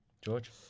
George